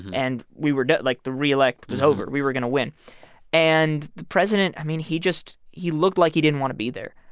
and we were done. like, the re-elect was over. we were going to win and the president, i mean, he just he looked like he didn't want to be there.